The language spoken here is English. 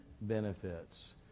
benefits